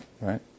Right